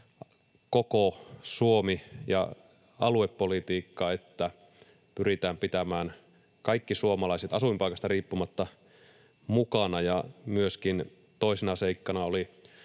koko Suomi ja aluepolitiikka, se, että pyritään pitämään kaikki suomalaiset asuinpaikasta riippumatta mukana, ja myöskin toisena seikkana oli